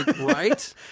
Right